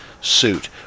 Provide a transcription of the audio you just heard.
suit